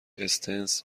استنس